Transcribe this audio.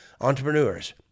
entrepreneurs